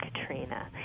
katrina